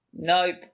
Nope